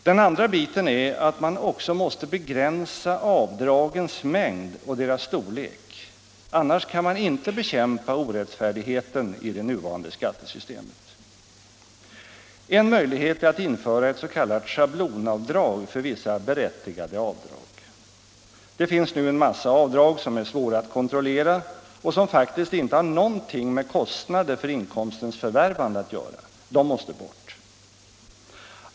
Den andra biten är att man också måste begränsa avdragens mängd och storlek, annars kan man inte bekämpa orättfärdigheten i det nuvarande skattesystemet. En möjlighet är att införa ett s.k. schablonavdrag för vissa berättigade avdrag. Det finns nu en massa avdrag som är svåra att kontrollera och som faktiskt inte har något med kostnader för inkomstens förvärvande att göra. De måste bort.